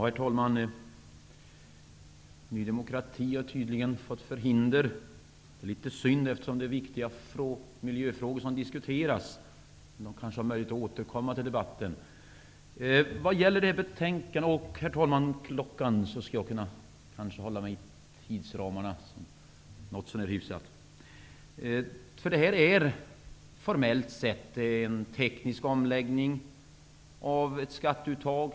Herr talman! Ny demokrati har tydligen fått förhinder. Det är litet synd, eftersom det är viktiga miljöfrågor som diskuteras. Ny demokrati kanske har möjlighet att återkomma till debatten. Det här betänkandet handlar formellt sett om en teknisk omläggning av ett skatteuttag.